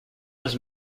was